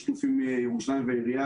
בשיתוף עם ירושלים והעירייה,